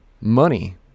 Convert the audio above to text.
money